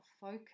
focus